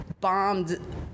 bombed